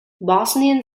bosnian